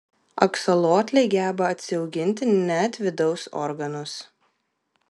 aksolotliai geba atsiauginti net vidaus organus